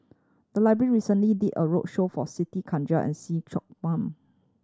the library recently did a roadshow for Siti Khalijah and See Chak Mun